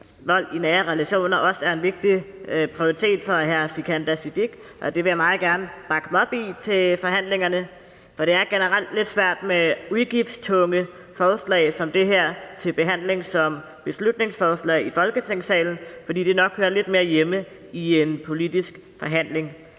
vold i nære relationer også er en vigtig prioritet for hr. Sikandar Siddique, og det vil jeg meget gerne bakke ham op i til forhandlingerne. Det er generelt lidt svært med udgiftstunge forslag som det her til behandling som beslutningsforslag i Folketingssalen, fordi det nok hører lidt mere hjemme i en politisk forhandling,